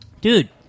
dude